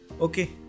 Okay